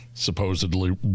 Supposedly